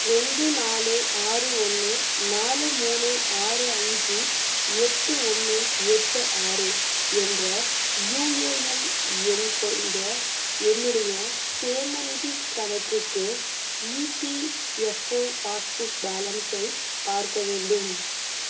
ரெண்டு நாலு ஆறு ஒன்று நாலு மூணு ஆறு அஞ்சு எட்டு ஒன்று எட்டு ஆறு என்ற யூஏஎன் எண் கொண்ட என்னுடைய சேமநிதிக் கணக்குக்கு இபிஎஃப்ஓ பாஸ் புக் பேலன்ஸை பார்க்க வேண்டும்